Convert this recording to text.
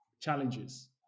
challenges